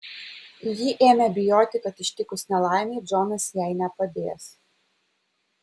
ji ėmė bijoti kad ištikus nelaimei džonas jai nepadės